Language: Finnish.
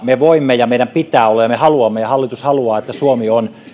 me voimme ja meidän pitää olla ja me haluamme ja hallitus haluaa että suomi on